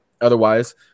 otherwise